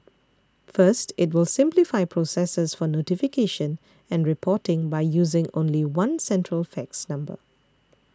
first it will simplify processes for notification and reporting by using only one central fax number